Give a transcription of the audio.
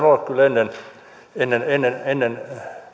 ole kyllä ennen ennen